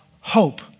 hope